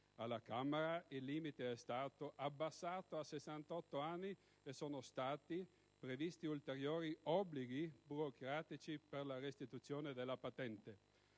alla Camera tale limite è stato invece abbassato a 68 anni e sono stati previsti ulteriori obblighi burocratici per la restituzione della patente.